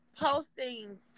posting